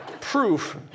Proof